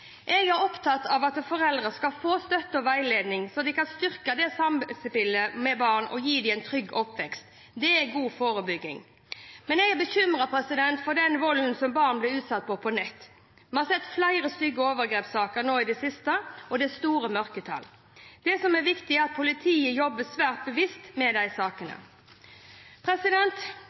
Jeg er opptatt av at foreldre skal få støtte og veiledning slik at de kan styrke samspillet med barna og gi dem en trygg oppvekst. Det er god forebygging. Men jeg er bekymret for den volden som barn blir utsatt for på nettet. Vi har sett flere stygge overgrepssaker nå i det siste, og det er store mørketall. Det som er viktig, er at politiet jobber svært bevisst med de sakene.